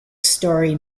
story